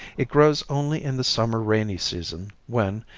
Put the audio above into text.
it grows only in the summer rainy season when,